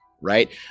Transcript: right